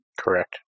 correct